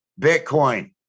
Bitcoin